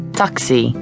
taxi